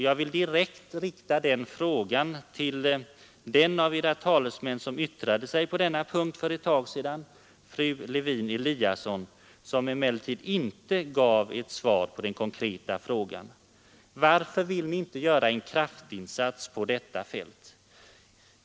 Jag vill rikta den frågan direkt till den av era talesmän som yttrade sig på denna punkt för ett tag sedan, fru Lewén-Eliasson, som emellertid inte gav ett svar på den konkreta frågan. Varför vill ni inte göra en kraftinsats på detta fält?